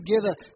together